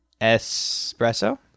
Espresso